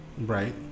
Right